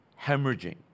hemorrhaging